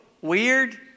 weird